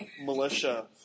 militia